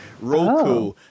Roku